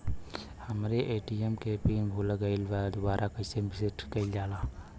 हमरे ए.टी.एम क पिन भूला गईलह दुबारा कईसे सेट कइलजाला?